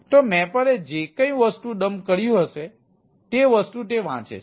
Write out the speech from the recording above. તો મેપરે જે કઈ વસ્તુ ડમ્પ કર્યું હશે તે વસ્તુ તે વાંચે છે